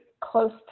close